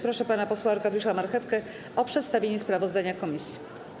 Proszę pana posła Arkadiusza Marchewkę o przedstawienie sprawozdania komisji.